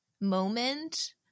moment